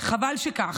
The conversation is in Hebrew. חבל שכך.